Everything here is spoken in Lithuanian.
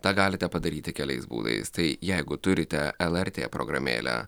tą galite padaryti keliais būdais tai jeigu turite lrt programėlę